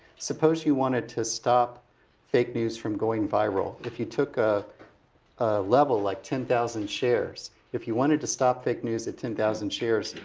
suppose you wanted to stop fake news from going viral. if you took a level like ten thousand shares, if you wanted to stop fake news at ten thousand shares,